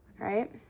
right